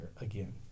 again